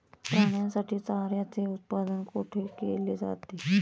प्राण्यांसाठी चाऱ्याचे उत्पादन कुठे केले जाते?